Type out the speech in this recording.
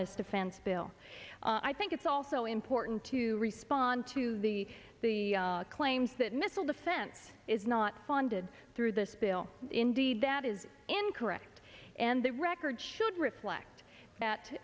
this defense bill i think it's also important to respond to the the claims that missile defense is not funded through this bill indeed that is incorrect and the record should reflect that